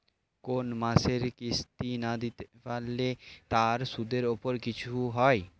কোন মাসের কিস্তি না দিতে পারলে তার সুদের উপর কিছু হয়?